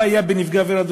יש בעיה לגבי נפגעי עבירה,